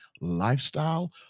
lifestyle